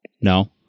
no